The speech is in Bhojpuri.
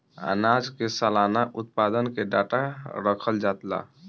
आनाज के सलाना उत्पादन के डाटा रखल जाला